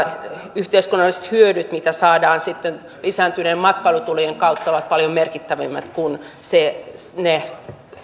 yhteiskunnalliset hyödyt mitä saadaan lisääntyneiden matkailutulojen kautta ovat paljon merkittävämmät kuin ne